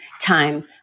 time